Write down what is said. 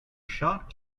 shot